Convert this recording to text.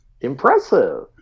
Impressive